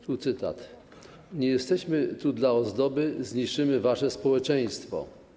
Tu cytat: Nie jesteśmy tu dla ozdoby, zniszczymy wasze społeczeństwo.